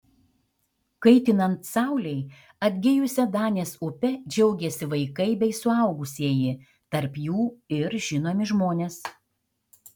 kaitinant saulei atgijusia danės upe džiaugiasi vaikai bei suaugusieji tarp jų ir žinomi žmonės